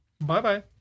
Bye-bye